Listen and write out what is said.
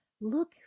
Look